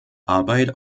arbeit